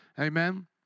Amen